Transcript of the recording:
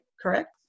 correct